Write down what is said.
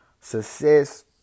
Success